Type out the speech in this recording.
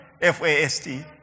F-A-S-T